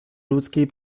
ludzkiej